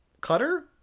Cutter